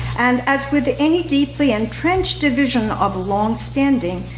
and as with any deeply entrenched division of longstanding,